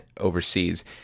overseas